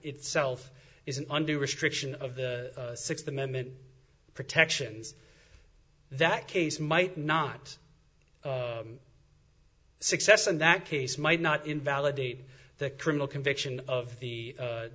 itself is an undue restriction of the sixth amendment protections that case might not success in that case might not invalidate the criminal conviction of the